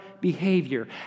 behavior